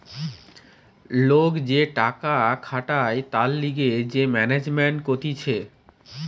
লোক যে টাকা খাটায় তার লিগে যে ম্যানেজমেন্ট কতিছে